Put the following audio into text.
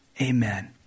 Amen